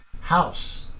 house